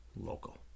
local